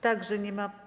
Także nie ma.